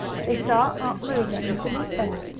they saw aunt lu running to meet them.